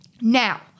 Now